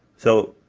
so,